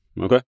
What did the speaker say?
Okay